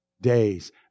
days